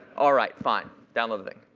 all right. fine. download the thing.